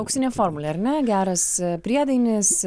auksinė formulė ar ne geras priedainis